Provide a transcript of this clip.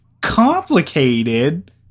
Complicated